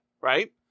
right